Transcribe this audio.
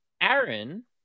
Aaron